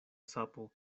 sapo